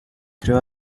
grew